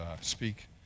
speak